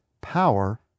power